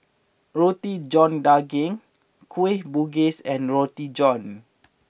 Roti John Daging Kueh Bugis and Roti John